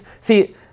see